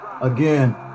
again